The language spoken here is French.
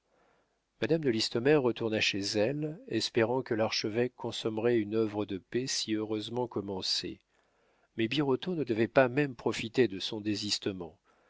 madame de listomère retourna chez elle espérant que l'archevêque consommerait une œuvre de paix si heureusement commencée mais birotteau ne devait pas même profiter de son